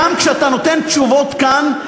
כשאתה נותן תשובות כאן,